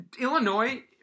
Illinois